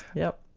yep.